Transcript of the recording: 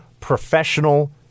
professional